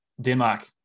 Denmark